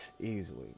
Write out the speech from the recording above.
easily